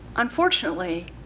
unfortunately,